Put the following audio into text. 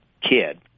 kid